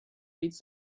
reads